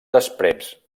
després